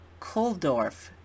Kulldorf